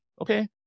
Okay